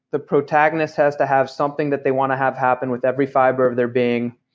the protagonist has to have something that they want to have happen with every fiber of their being,